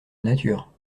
nature